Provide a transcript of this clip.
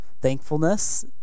thankfulness